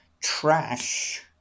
Trash